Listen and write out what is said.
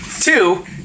Two